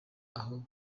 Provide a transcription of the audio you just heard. aho